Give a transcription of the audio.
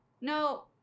no